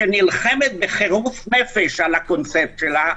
שנלחמת בחירוף נפש על הקונספט שלה,